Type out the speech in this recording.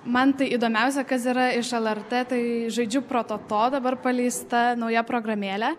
man tai įdomiausia kas yra iš lrt tai žaidžiu prototo dabar paleista nauja programėlė